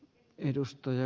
edustaja